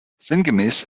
sinngemäß